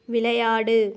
விளையாடு